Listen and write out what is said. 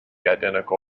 identical